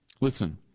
Listen